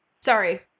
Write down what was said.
Sorry